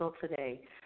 today